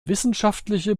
wissenschaftliche